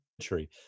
century